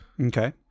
Okay